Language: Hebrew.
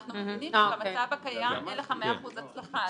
אנחנו מבינים שבמצב הקיים אין לך מאה אחוז הצלחה.